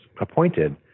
appointed